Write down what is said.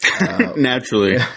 Naturally